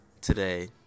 today